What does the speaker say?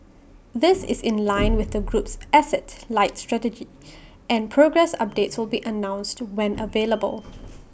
this is in line with the group's asset light strategy and progress updates will be announced when available